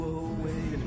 away